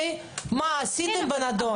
מה עשיתם בנדון?